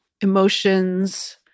emotions